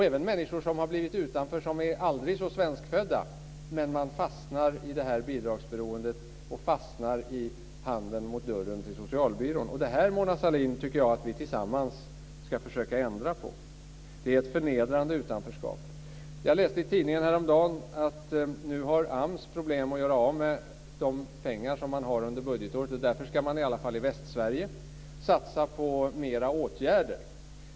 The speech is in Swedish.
Även människor som är aldrig så svenskfödda har blivit utanför, men de fastnar i detta bidragsberoende och fastnar med handen mot dörren till socialbyrån. Och detta tycker jag, Mona Sahlin, att vi tillsammans ska försöka ändra på. Det är ett förnedrande utanförskap. Jag läste i tidningen häromdagen att AMS nu har problem att göra av med de pengar som man har för budgetåret, och därför ska man i alla fall i Västsverige satsa på mera åtgärder.